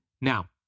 now